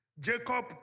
Jacob